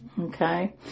okay